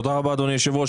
תודה רבה, אדוני היושב-ראש.